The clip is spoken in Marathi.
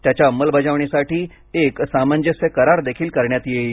त्याच्या अंमलबजावणीसाठी एक सामंजस्य करार देखील करण्यात येईल